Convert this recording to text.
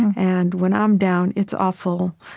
and when i'm down, it's awful,